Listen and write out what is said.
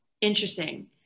interesting